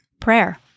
Prayer